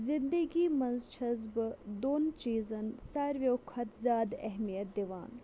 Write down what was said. زِندگی منٛز چھَس بہٕ دۄن چیٖزَن ساروِیو کھۄتہٕ زیادٕ اہمیِت دِوان